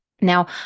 now